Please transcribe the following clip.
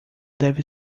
deve